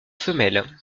femelle